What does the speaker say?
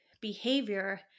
behavior